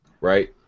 right